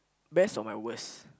best of my worst